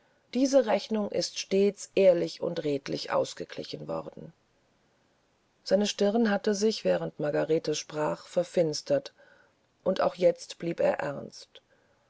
diese rechnung ist stets ehrlich und redlich ausgeglichen worden seine stirn hatte sich während margarete sprach verfinstert und auch jetzt blieb er ernst